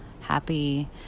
happy